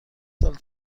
سال